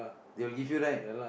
they will give you right